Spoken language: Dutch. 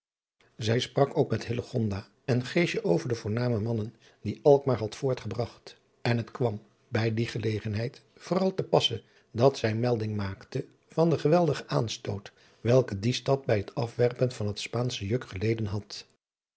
zij sprak ook met hillegonda en geesje over de voorname mannen die alkmaar had voortgebragt en het kwam bij die gelegenheid vooral te passe dat zij melding maakte van den geweldigen aanstoot welken die stad bij het afwerpen van het spaansche juk geleden had